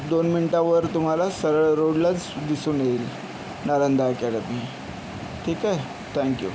दोन मिनिटावर तुम्हाला सरळ रोडलाच दिसून येईल नालंदा अकॅडमी ठीक आहे थँक्यू